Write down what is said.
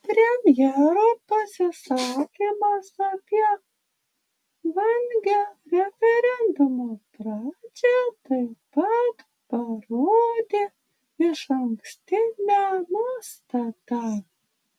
premjero pasisakymas apie vangią referendumo pradžią taip pat parodė išankstinę nuostatą